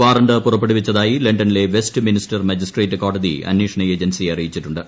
warrant പുറപ്പെടുവിച്ചതായി ലണ്ടനിലെ Westminster magistrate കോടതി അന്വേഷണ ഏജൻസിയെ അറിയിച്ചിട്ടുണ്ട്